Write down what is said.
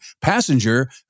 passenger